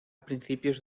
principios